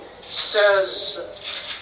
says